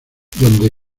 donde